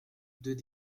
deux